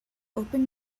open